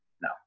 no